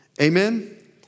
amen